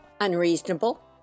Unreasonable